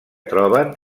troben